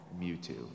Mewtwo